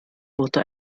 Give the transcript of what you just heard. wurde